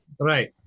Right